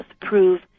prove